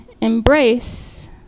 embrace